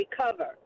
recover